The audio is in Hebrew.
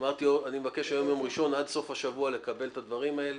אני מבקש היום יום ראשון עד סוף השבוע לקבל את הדברים האלה.